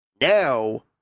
Now